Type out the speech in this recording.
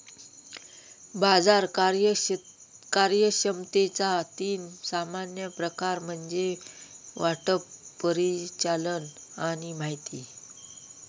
बाजार कार्यक्षमतेचा तीन सामान्य प्रकार म्हणजे वाटप, परिचालन आणि माहिती